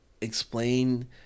explain